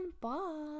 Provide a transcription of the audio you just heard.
bye